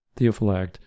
Theophylact